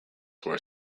were